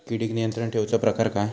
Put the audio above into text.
किडिक नियंत्रण ठेवुचा प्रकार काय?